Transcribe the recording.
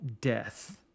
death